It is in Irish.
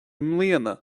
mbliana